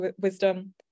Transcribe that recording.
wisdom